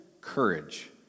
courage